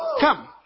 Come